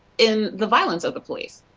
in the violence of the police.